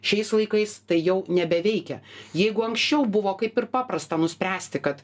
šiais laikais tai jau nebeveikia jeigu anksčiau buvo kaip ir paprasta nuspręsti kad